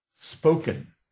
spoken